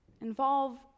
involve